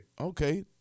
Okay